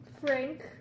Frank